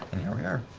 and here we are.